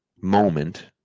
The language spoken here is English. moment